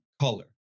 color